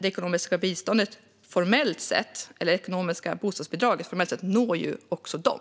Men det ekonomiska bostadsbidraget når formellt sett också dem.